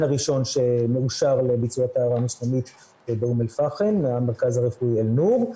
הראשון שמאושר לביצוע טהרה מוסלמית באום אל פחם למרכז הרפואי אלנור,